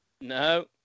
No